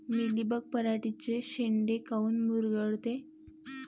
Mealybug पराटीचे चे शेंडे काऊन मुरगळते?